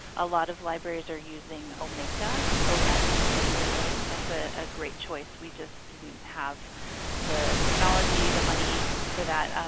a lot of libraries are using omeka, o m e k a. that's ah a great choice. we just didn't have the technology or money for that.